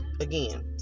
again